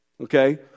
Okay